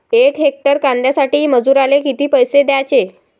यक हेक्टर कांद्यासाठी मजूराले किती पैसे द्याचे?